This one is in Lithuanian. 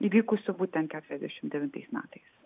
įvykusių būtent keturiasdešimt devintais metais